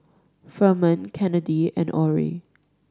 Ferman Kennedy and Orie